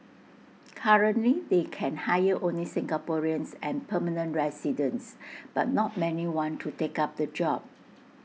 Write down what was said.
currently they can hire only Singaporeans and permanent residents but not many want to take up the job